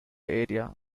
area